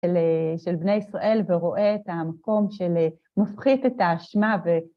של בני ישראל, ורואה את המקום שמפחית את האשמה.